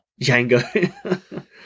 Django